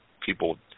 people